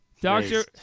Doctor